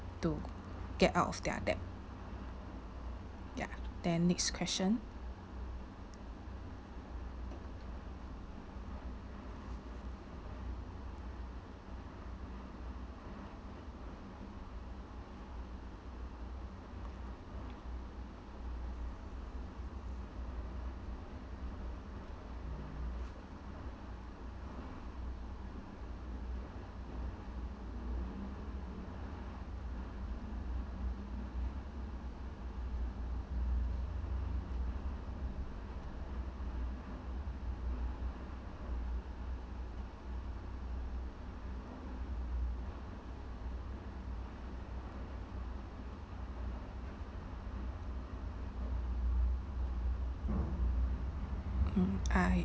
to get out of their debt ya then next question mm I